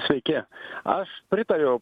sveiki aš pritariu